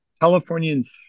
Californians